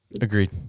Agreed